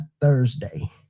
Thursday